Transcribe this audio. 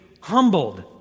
humbled